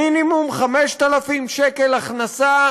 מינימום 5,000 שקל הכנסה